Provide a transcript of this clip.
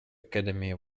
academy